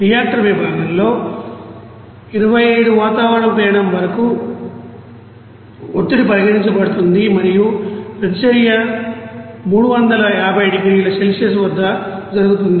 reactor విభాగంలో 25 వాతావరణ పీడనం వరకు ఒత్తిడి పరిగణించబడుతుంది మరియు ప్రతిచర్య 350 డిగ్రీల సెల్సియస్ వద్ద జరుగుతుంది